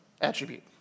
attribute